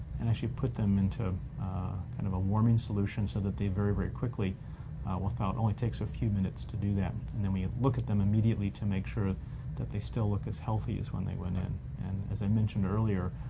and actually put them into kind and of a warming solution so that they very, very quickly will thaw. it only takes a few minutes to do that. and then we look at them immediately to make sure that they still look as healthy as when they went in. and as i mentioned earlier,